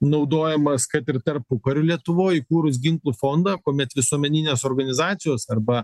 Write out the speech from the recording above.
naudojamas kad ir tarpukario lietuvoj įkūrus ginklų fondą kuomet visuomeninės organizacijos arba